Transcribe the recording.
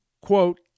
quote